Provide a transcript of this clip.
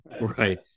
right